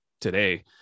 today